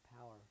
power